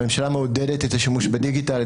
הממשלה מעודדת את השימוש בדיגיטל,